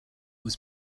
was